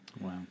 Wow